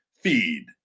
Feed